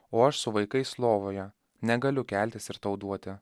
o aš su vaikais lovoje negaliu keltis ir tau duoti